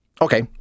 Okay